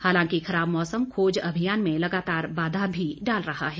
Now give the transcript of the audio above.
हालांकि खराब मौसम खोज अभियान में लगातार बाधा भी डाल रहा है